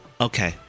Okay